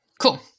Cool